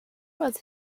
was